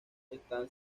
están